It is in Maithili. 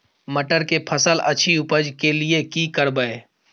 मटर के फसल अछि उपज के लिये की करबै?